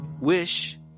wish